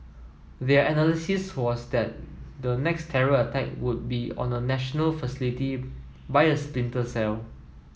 their analysis was that the next terror attack would be on a national facility by a splinter cell